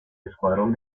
escuadrón